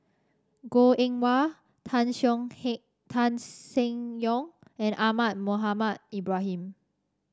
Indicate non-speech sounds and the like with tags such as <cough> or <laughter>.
Goh Eng Wah Tan <unintelligible> Tan Seng Yong and Ahmad Mohamed Ibrahim